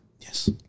Yes